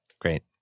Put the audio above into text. Great